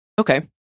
Okay